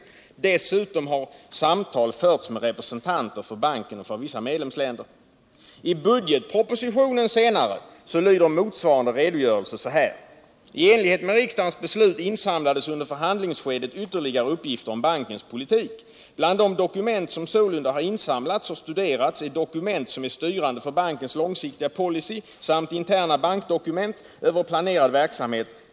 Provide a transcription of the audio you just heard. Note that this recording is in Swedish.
Dessutom har samtal förts med representanter för banken och för vissa medlemsländer.” ”T enlighet med riksdagens beslut insamlades under förhandlingsskedet ytterligare uppgifter om bankens politik. Bland de dokument som sålunda har insamlats och studerats är dokument som är styrande för bankens långsiktiga policy samt interna bankdokument över planerad verksamhet.